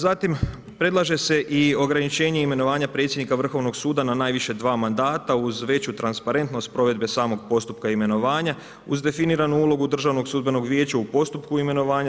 Zatim predlaže se i ograničenje imenovanja predsjednika Vrhovnog suda na najviše dva mandata uz veći transparentnost provedbe samog postupka imenovanja uz definiranu ulogu Državnog sudbenog vijeća u postupku imenovanja.